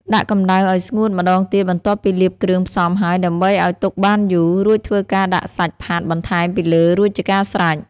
ដាក់កំដៅអោយស្ងួតម្ដងទៀតបន្ទាប់ពីលាបគ្រឿងផ្សំរហើយដើម្បីអោយទុកបានយូរ រួចធ្វើការដាក់សាច់ផាត់បន្ថែមពីលើរួចជាការស្រេច